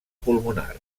pulmonar